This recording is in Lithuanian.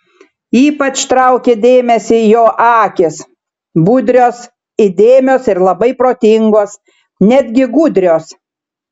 ypač traukė dėmesį jo akys budrios įdėmios ir labai protingos netgi gudrios